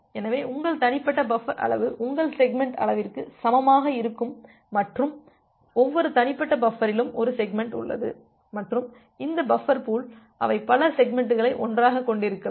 எனவே உங்கள் தனிப்பட்ட பஃபர் அளவு உங்கள் செக்மெண்ட் அளவிற்கு சமமாக இருக்கும் மற்றும் ஒவ்வொரு தனிப்பட்ட பஃபரிலும் ஒரு செக்மெண்ட் உள்ளது மற்றும் இந்த பஃபர் பூல் அவை பல செக்மெண்ட்களை ஒன்றாகக் கொண்டிருக்கலாம்